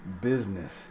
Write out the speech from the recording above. business